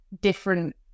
different